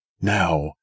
Now